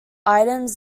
items